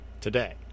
today